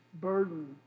burden